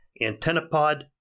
AntennaPod